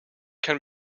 can